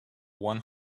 one